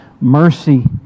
mercy